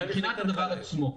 מבחינת הדבר עצמו,